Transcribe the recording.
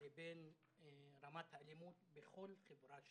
לבין רמת האלימות בכל חברה שהיא.